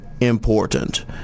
important